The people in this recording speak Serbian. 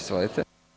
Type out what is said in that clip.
Izvolite.